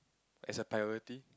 as a priority